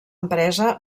empresa